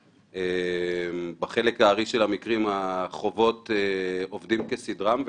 בחלק הארי של המקרים החובות עובדים כסדרם,